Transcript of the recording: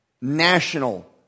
national